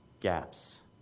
gaps